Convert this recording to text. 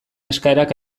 eskaerak